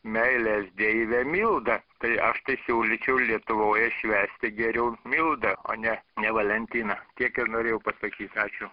meilės deivę mildą tai aš tai siūlyčiau lietuvoje švęsti geriau mildą o ne ne valentiną tiek norėjau pasakyt ačiū